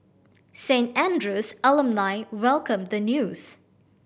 Saint Andrew's alumni welcomed the news